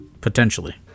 potentially